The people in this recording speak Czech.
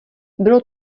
bylo